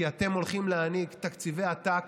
כי אתם הולכים להעניק תקציבי עתק